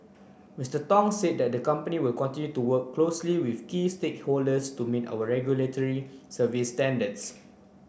Mr Tong said the company will to work closely with key stakeholders to meet regulatory service standards